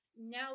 now